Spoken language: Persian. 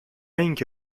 اینکه